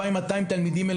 2,200 תלמידים,